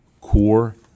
core